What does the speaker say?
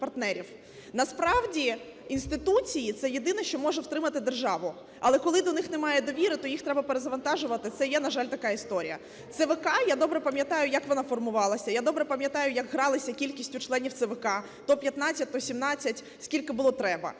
Насправді, інституції – це єдине, що може втримати державу. Але коли до них немає довіри, то їх треба перезавантажувати, це є, на жаль, така історія. ЦВК, я добре пам'ятаю, як вона формувалася, я добре пам'ятаю, як гралися кількістю членів ЦВК – то 15, то 17, скільки було треба.